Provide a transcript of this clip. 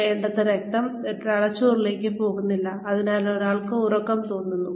വേണ്ടത്ര രക്തം തലച്ചോറിലേക്ക് പോകുന്നില്ല അതിനാൽ ഒരാൾക്ക് ഉറക്കം തോന്നുന്നു